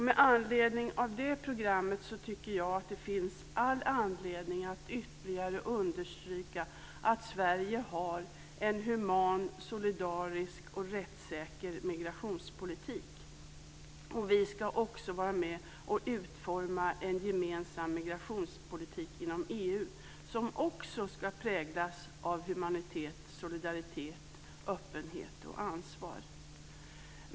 Med tanke på det programmet tycker jag att det finns all anledning att ytterligare understryka att Sverige har en human, solidarisk och rättssäker migrationspolitik. Vi ska också vara med och utforma en gemensam migrationspolitik inom EU som också ska präglas av humanitet, solidaritet, öppenhet och ansvar.